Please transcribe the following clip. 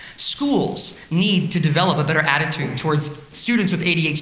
schools need to develop a better attitude towards students with adhd,